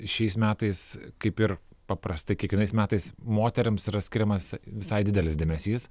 šiais metais kaip ir paprastai kiekvienais metais moterims yra skiriamas visai didelis dėmesys